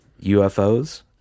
UFOs